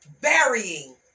burying